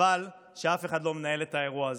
חבל שאף אחד לא מנהל את האירוע הזה.